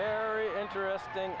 very interesting